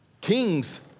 Kings